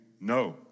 no